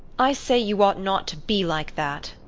i say you ought not to be like that.